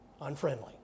unfriendly